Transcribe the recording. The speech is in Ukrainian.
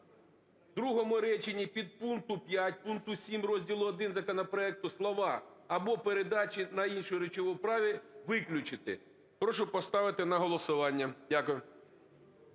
у другому реченні підпункту 5 пункту 7 розділу І законопроекту слова "або передачі на іншому речовому праві" виключити. Прошу поставити на голосування. Дякую.